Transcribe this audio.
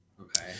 Okay